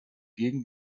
gegen